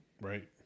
right